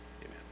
Amen